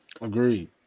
agreed